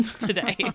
today